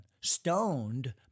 stoned